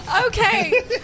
Okay